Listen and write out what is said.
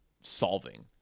solving